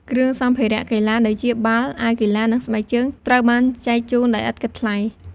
គ្រឿងសម្ភារៈកីឡាដូចជាបាល់ អាវកីឡា និងស្បែកជើង ត្រូវបានចែកជូនដោយឥតគិតថ្លៃ។